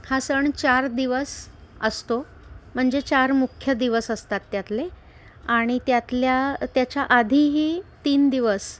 हा सण चार दिवस असतो म्हणजे चार मुख्य दिवस असतात त्यातले आणि त्यातल्या त्याच्या आधीही तीन दिवस